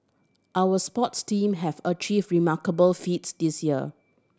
our sports team have achieved remarkable feats this year